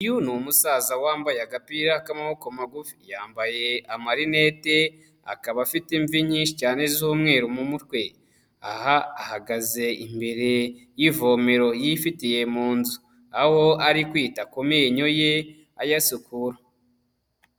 Uyu ni umusaza wambaye agapira k'amaboko magufi, yambaye amarinete, akaba afite imvi nyinshi cyane z'umweru mu mutwe, aha ahagaze imbere y'ivomero yifitiye mu nzu, aho ari kwita ku menyo ye ayasukura.